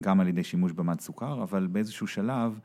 ‫גם על ידי שימוש במד סוכר, ‫אבל באיזשהו שלב...